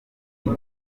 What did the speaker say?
aba